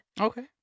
Okay